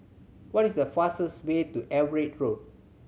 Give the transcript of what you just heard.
what is the fastest way to Everitt Road